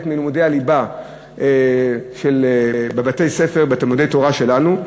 מלימודי הליבה בבתי-ספר ובתלמודי-תורה שלנו.